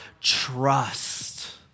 trust